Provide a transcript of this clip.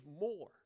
more